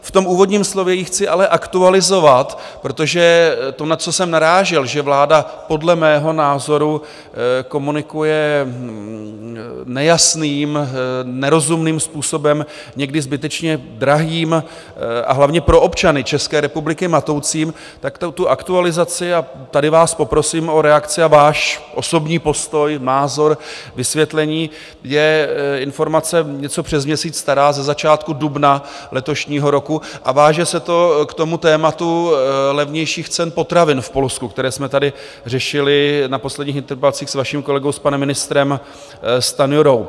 V úvodním slově ji chci ale aktualizovat, protože to, na co jsem narážel, že vláda podle mého názoru komunikuje nejasným, nerozumným způsobem, někdy zbytečně drahým, a hlavně pro občany České republiky matoucím, tak tu aktualizaci, a tady vás poprosím o reakci a váš osobní postoj, názor, vysvětlení, je informace něco přes měsíc stará ze začátku dubna letošního roku a váže se to k tématu levnějších cen potravin v Polsku, které jsme tady řešili na posledních interpelacích s vaším kolegou, s panem ministrem Stanjurou.